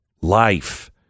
life